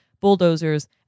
bulldozers